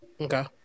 Okay